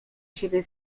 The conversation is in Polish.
siebie